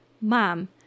mom